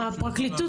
הפרקליטות.